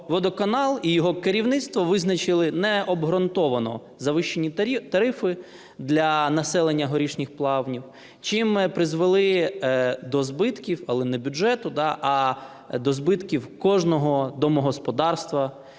водоканал і його керівництво визначили необґрунтовано завищені тарифи для населення Горішніх Плавнів, чим призвели до збитків, але не бюджету, да, а до збитків кожного домогосподарства